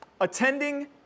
Attending